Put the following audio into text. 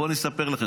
בואו אספר לכם,